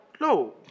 No